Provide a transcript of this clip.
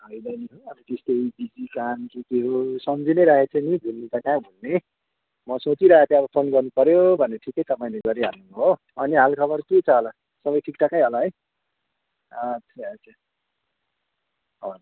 होइन नि हौ अब त्यस्तै बिजी काम के के हो सम्झिनै रहेको छु नि भुल्नु त कहाँ भुल्ने म सोचिरहेको थिएँ अब फोन गर्नुपऱ्यो भनेर ठिकै तपाईँले गरिहाल्नु भयो अनि हालखबर के छ होला सबै ठिकठाकै होला है अच्छा अच्छा हजुर